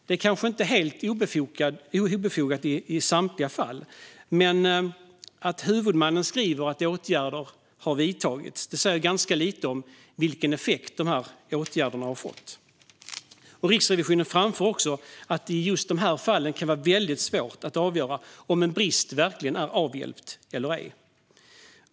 Det är kanske inte obefogat i samtliga fall, men att huvudmannen skriver att åtgärder har vidtagits säger ganska lite om vilken effekt dessa åtgärder har fått. Riksrevisionen framför också att det just i dessa fall kan vara svårt att avgöra om en brist verkligen har avhjälpts eller ej.